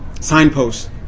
signposts